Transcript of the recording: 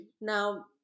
now